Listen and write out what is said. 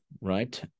right